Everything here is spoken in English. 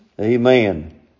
Amen